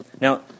Now